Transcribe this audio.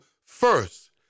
first